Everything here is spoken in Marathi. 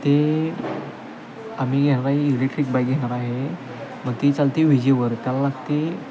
ते आम्ही घेणार आहे इलेक्ट्रिक बाईक घेणार आहे मग ती चालते विजेवर त्याला लागते